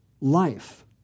life